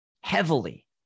heavily